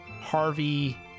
Harvey